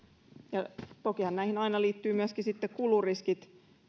ja tokihan näihin aina liittyy myöskin kuluriskit